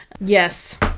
Yes